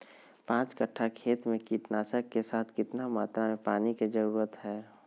पांच कट्ठा खेत में कीटनाशक के साथ कितना मात्रा में पानी के जरूरत है?